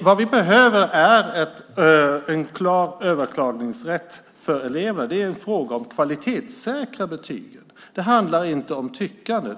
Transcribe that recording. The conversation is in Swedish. Vad vi behöver är en klar överklagningsrätt för elever. Det är en fråga om att kvalitetssäkra betygen. Det handlar inte om tyckande.